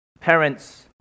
parents